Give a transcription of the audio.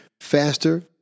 faster